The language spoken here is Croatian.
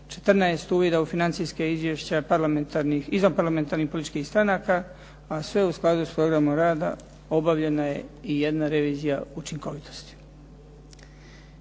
14 uvida u financijska izvješća parlamentarnih, izvan parlamentarnih političkih stranaka, a sve u skladu s programom rada obavljena je i jedna revizija učinkovitosti.